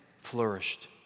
flourished